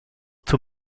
too